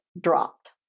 dropped